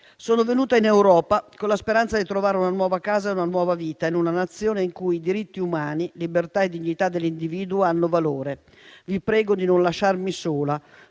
venuta in Europa con la speranza di trovare una nuova casa e una nuova vita in una Nazione in cui diritti umani, libertà e dignità dell'individuo hanno valore. Prega di non essere lasciata sola,